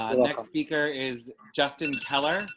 speaker is justin keller, and